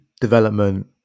development